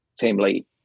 family